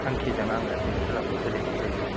थांखिजों आङो बे खेलाखौ गेलेनाय जायो